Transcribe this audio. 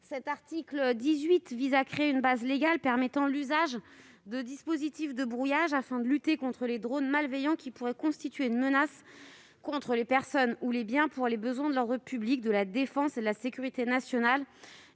de loi prévoit la création d'une base légale permettant l'usage de dispositifs de brouillage afin de lutter contre les drones malveillants qui pourraient constituer une menace contre les personnes ou les biens, « pour les besoins de l'ordre public, de la défense et de la sécurité nationales